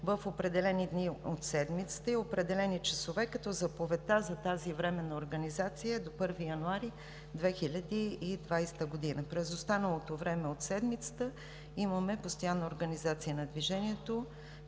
в определени дни от седмицата и определени часове. Заповедта за тази временна организация е до 1 януари 2020 г. През останалото време от седмицата имаме постоянна организация на движението